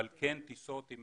אבל כן טיסות עם